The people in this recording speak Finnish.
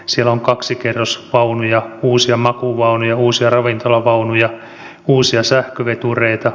siellä on kaksikerrosvaunuja uusia makuuvaunuja uusia ravintolavaunuja uusia sähkövetureita